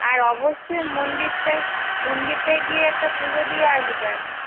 আর অবশ্যই মন্দিরটায় মন্দিরটায় গিয়ে একটা পুজো দিয়ে আসবেন